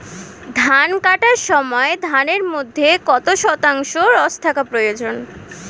ধান কাটার সময় ধানের মধ্যে কত শতাংশ রস থাকা প্রয়োজন?